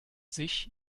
sich